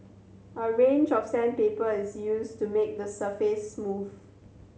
a range of sandpaper is used to make the surface smooth